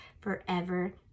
forever